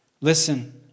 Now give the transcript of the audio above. Listen